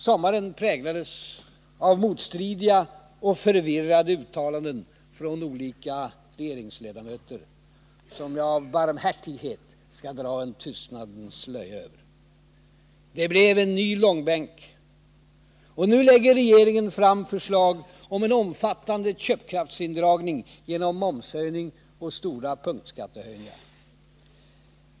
Sommaren präglades av olika regeringsledamöters motstridiga och förvirrade uttalanden, som jag av barmhärtighet skall dra en tystnadens slöja över. Det blev en ny långbänk. Nu lägger regeringen fram förslag om en omfattande köpkraftsindragning genom momshöjning och stora punktskattehöjningar.